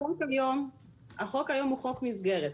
החוק היום הוא חוק מסגרת.